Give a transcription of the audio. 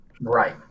Right